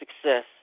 success